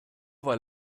weil